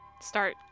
start